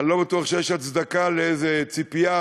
אני לא בטוח שיש הצדקה לאיזו ציפייה,